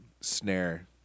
snare